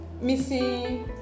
Missy